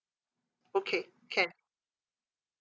okay can